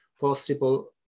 possible